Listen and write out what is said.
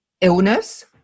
illness